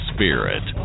Spirit